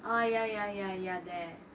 ah ya ya ya ya there